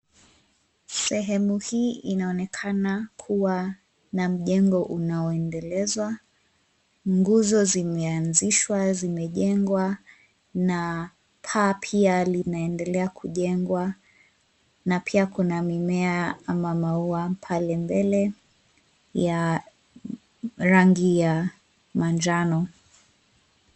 Sehemu hii inaonekana kuwa na mjengo unaoendelezwa. Nguzo zimeanzishwa, zimejengwa na paa pia linaendelea kujengwa na pia kuna mimea ama maua pale mbele ya rangi ya manjano.